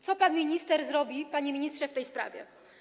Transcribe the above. Co pan minister zrobi, panie ministrze, w tej sprawie?